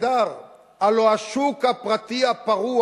והשוק הפרטי הוא נהדר,